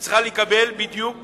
היא צריכה לקבל בדיוק